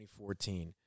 2014